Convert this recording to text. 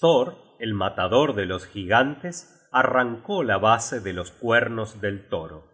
thor el matador de los gigantes arrancó la base de los cuernos del toro y